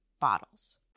bottles